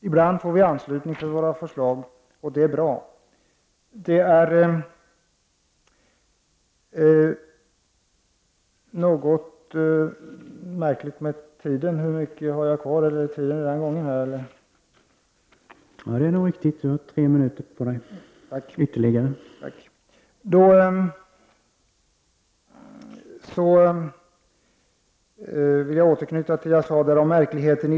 Ibland får vi anslutning till våra förslag, och det är bra. Jag vill återknyta till det jag tidigare sade om att debatten är märklig.